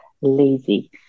lazy